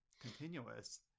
continuous